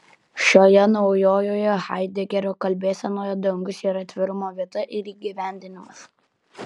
šioje naujoje haidegerio kalbėsenoje dangus yra atvirumo vieta ir įgyvendinimas